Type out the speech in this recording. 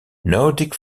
nordic